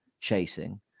chasing